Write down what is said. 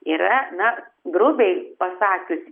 yra na grubiai pasakius